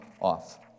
off